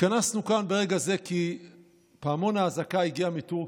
התכנסנו כאן ברגע זה כי פעמון האזעקה הגיע מטורקיה.